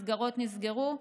מסגרות נסגרו,